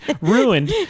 Ruined